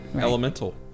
Elemental